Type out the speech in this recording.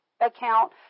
account